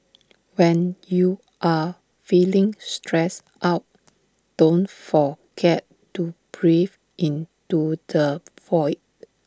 when you are feeling stressed out don't forget to breathe into the void